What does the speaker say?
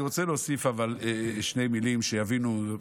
אני רוצה להוסיף שתי מילים, שיבינו.